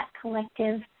collective